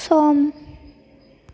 सम